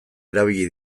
erabili